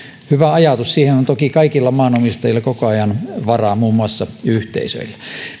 hyvä ajatus siihen on toki kaikilla maanomistajilla koko ajan varaa muun muassa yhteisöillä